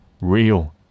Real